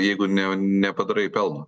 jeigu ne nepadarai pelno